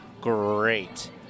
great